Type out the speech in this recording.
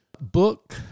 Book